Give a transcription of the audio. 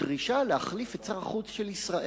שדרישה להחליף את שר החוץ של ישראל,